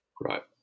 Right